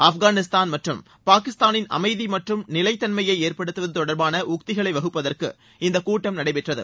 ஆப்கானிஸ்தான் மற்றும் பாகிஸ்தானின் அமைதி மற்றும் நிலைத்தன்மையை ஏற்படுத்தவது தொடர்பான உக்திகளை வகுப்பதற்கு இந்த கூட்டம் நடைபெற்றது